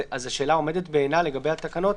אז השאלה עומדות בעינה לגבי התקנות,